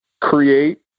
create